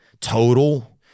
total